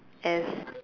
as